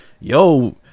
yo